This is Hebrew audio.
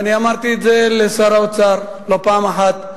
ואני אמרתי את זה לשר האוצר לא פעם אחת,